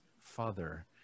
father